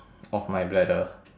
of my bladder